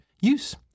use